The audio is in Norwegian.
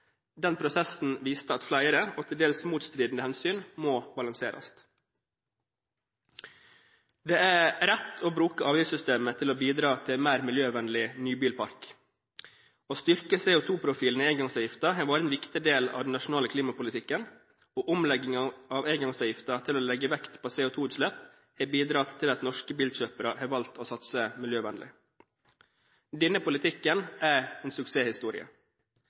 prosessen viste at flere og til dels motstridende hensyn må balanseres. Det er riktig å bruke avgiftssystemet til å bidra til en mer miljøvennlig nybilpark. Å styrke CO2-profilen i engangsavgiften har vært en viktig del av den nasjonale klimapolitikken, og omleggingen av engangsavgiften til å legge vekt på CO2-utslipp har bidratt til at norske bilkjøpere har valgt å satse miljøvennlig. Denne politikken er en suksesshistorie.